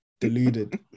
Deluded